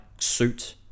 suit